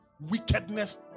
wickedness